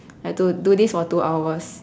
have to do this for two hours